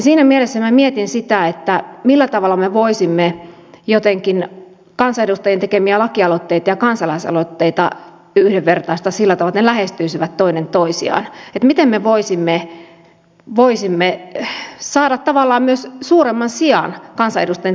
siinä mielessä minä mietin sitä millä tavalla me voisimme kansanedustajien tekemiä lakialoitteita ja kansalaisaloitteita jotenkin yhdenvertaistaa sillä tavalla että ne lähestyisivät toinen toisiaan miten me voisimme saada tavallaan myös suuremman sijan kansanedustajien tekemille lakialoitteille